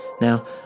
Now